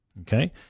Okay